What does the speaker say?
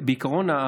בעיקרון,